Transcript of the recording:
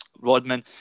Rodman